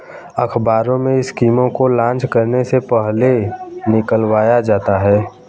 अखबारों में स्कीमों को लान्च करने से पहले निकलवाया जाता है